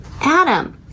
Adam